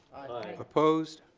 opposed.